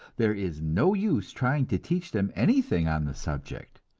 there is no use trying to teach them anything on the subject.